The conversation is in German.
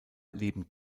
leben